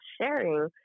sharing